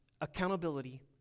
accountability